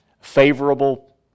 Favorable